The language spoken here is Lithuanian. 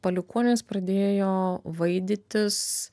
palikuonys pradėjo vaidytis